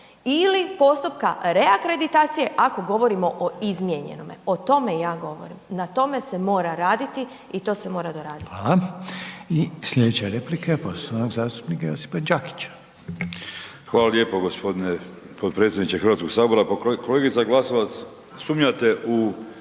ili postupka reakreditacije ako govorimo o izmijenjenome, o tome ja govorim, na tome se mora raditi i to se mora doraditi. **Reiner, Željko (HDZ)** Hvala. I slijedeća replika je poštovanog zastupnika Josipa Đakića. **Đakić, Josip (HDZ)** Hvala lijepo g. potpredsjedniče Hrvatskog sabora. Pa kolegice Glasovac, sumnjate u